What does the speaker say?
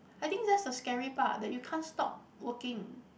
I think that's the scary part that you can't stop working